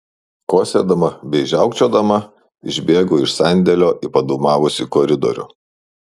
kosėdama bei žiaukčiodama išbėgu iš sandėlio į padūmavusį koridorių